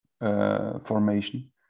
formation